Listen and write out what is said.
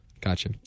Gotcha